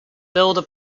builder